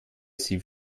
sie